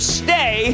stay